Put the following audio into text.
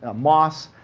ah moss,